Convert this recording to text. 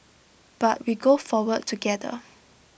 but we go forward together